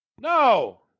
No